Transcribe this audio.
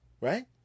right